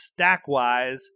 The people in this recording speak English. StackWise